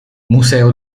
museo